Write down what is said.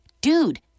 dude